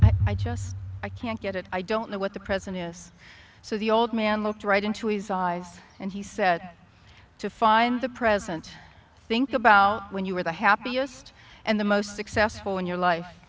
i just i can't get it i don't know what the present is so the old man looked right into his eyes and he said to find the present think about when you were the happiest and the most successful in your life